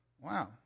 Wow